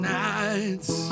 nights